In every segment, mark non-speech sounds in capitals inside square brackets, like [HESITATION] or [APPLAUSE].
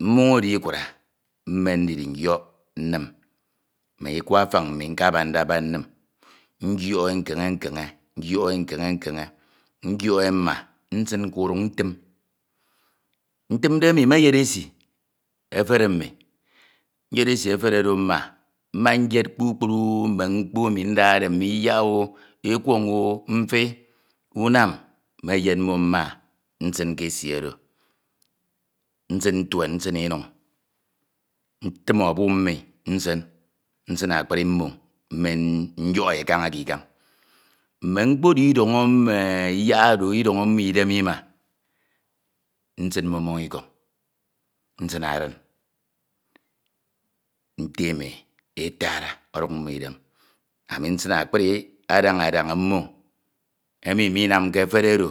Mmon oro ikura, Mmen ndiri nyoi nnim ma ikka afañ mmi nkabande nnim nyoie nkeñe nkeñe yoie nkeñe nkeñe, nyoie mma nsin ke udọñ ntim, ntimde emi mmeyed esi efere mmi, nyed esi efere oro mma. Mmanyed kpukpru mme mkpo emi ndide, mme iyakooo, ekwañ, mfi, unam, meyed mmo mma nsim ke esi oro, nsin ntuen nsin imuñ. Ntim ọbu mmi nsin, nsin akpri mmon mmen nyọke kaña ke ikan, mme mkpo oro idọñọ mme iyak oro idọñọ mme idem ima, nsin mmọñ mmoñ ikọñ, nsin ariñ ntem, [HESITATION] etara aeyck mmo idem. Ami nsin akpri adaña adaña mmoñ emi minamke efere oro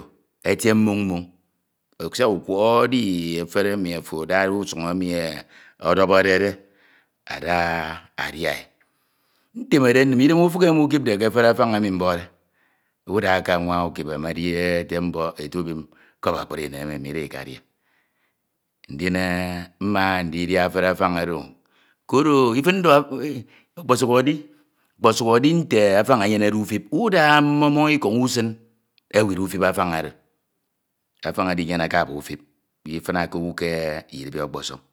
etie mmoñ mmoñ, siak ukwọhọ edi efere emi ofo adade usuñ emi ọdọbọrade ada adia e. Ntemede nnem idem ufik emi ukipade ke efere afañ emi mbokde, udake anwa ukip emedi ete mbok etubim kọp akpri no emo inw ida íkadia. Ndin mma ndidia efere afan oro o, koro [HESITATION] ọkpọsuk edi [HESITATION] nte afan, anyenede utip uda, mmoñ mmoñ ikoñ ewif ufip afan oro. Afan oro inyeneke aba ufip, ifinake owu ke idiba ọkpọsọñ,